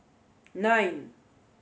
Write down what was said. nine